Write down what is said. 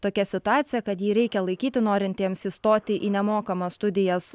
tokia situacija kad jį reikia laikyti norintiems įstoti į nemokamas studijas